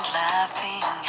laughing